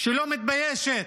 שלא מתביישת,